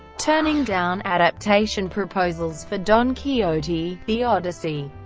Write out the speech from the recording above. turning down adaptation proposals for don quixote, the odyssey,